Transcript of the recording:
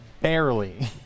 barely